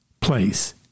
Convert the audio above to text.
place